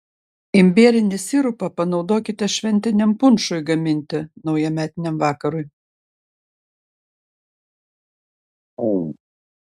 imbierinį sirupą panaudokite šventiniam punšui gaminti naujametiniam vakarui